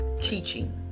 teaching